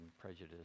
prejudice